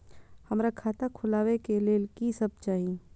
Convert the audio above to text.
हमरा खाता खोलावे के लेल की सब चाही?